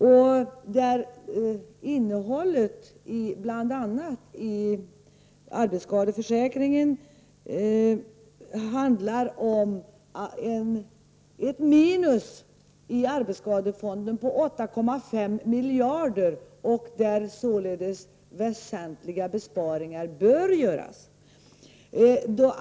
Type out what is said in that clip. När det gäller innehållet i bl.a. arbetsskadeförsäkringen har vi ett minus i arbetsskadefonden på 8,5 miljarder. Således bör väsentliga besparingar göras.